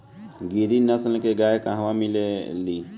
गिरी नस्ल के गाय कहवा मिले लि?